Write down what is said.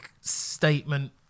statement